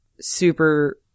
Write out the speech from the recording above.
super